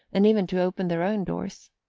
and even to open their own doors.